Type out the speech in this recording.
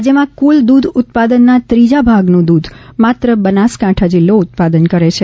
રાજ્યમાં કુલ દૂધ ઉત્પાદનના ત્રીજા ભાગનું દૂધ માત્ર બનાસકાંઠા જિલ્લો ઉત્પાદન કરે છે